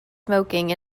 smoking